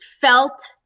felt